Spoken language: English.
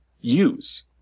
use